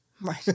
Right